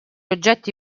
oggetti